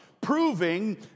proving